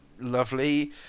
lovely